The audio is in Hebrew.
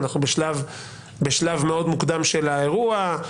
אנחנו בשלב מאוד מוקדם של האירוע,